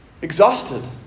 Exhausted